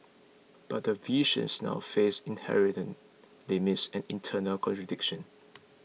but the visions now faces inherent limits and internal contradiction